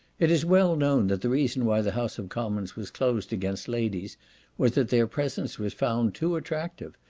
it is well known that the reason why the house of commons was closed against ladies was, that their presence was found too attractive,